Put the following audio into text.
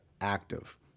active